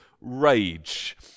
rage